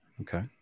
Okay